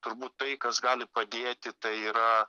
turbūt tai kas gali padėti tai yra